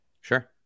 sure